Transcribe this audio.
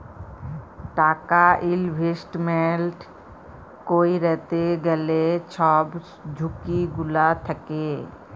টাকা ইলভেস্টমেল্ট ক্যইরতে গ্যালে ছব ঝুঁকি গুলা থ্যাকে